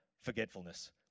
forgetfulness